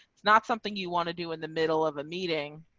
it's not something you want to do in the middle of a meeting.